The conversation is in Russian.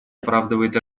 оправдывает